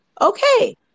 Okay